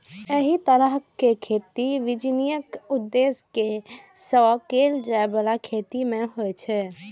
एहि तरहक खेती सामान्यतः वाणिज्यिक उद्देश्य सं कैल जाइ बला खेती मे होइ छै